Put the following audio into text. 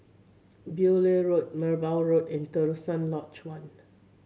Beaulieu Road Merbau Road and Terusan Lodge One